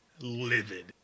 livid